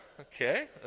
okay